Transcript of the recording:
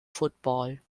football